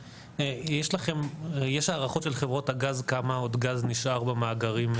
יש הערכות של חברות הגז כמה עוד גז נשאר במאגרים?